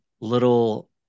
little